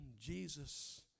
Jesus